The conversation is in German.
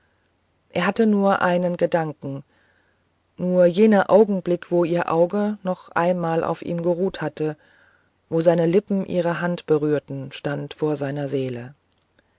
er hatte nur einen gedanken nur jener augenblick wo ihr auge noch einmal auf ihm geruht hatte wo seine lippen ihre hand berührten stand vor seiner seele